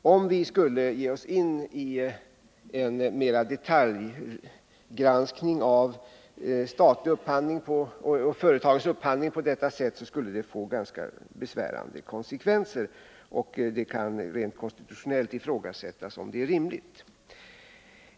Om vi skulle ge oss in på en mera detaljerad granskning av företagens upphandling, skulle det få ganska besvärande konsekvenser. Man kan också ifrågasätta det rimliga rent konstitutionellt.